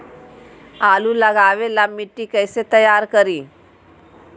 आलु लगावे ला मिट्टी कैसे तैयार करी?